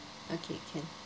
okay can